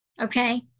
Okay